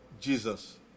Jesus